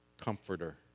comforter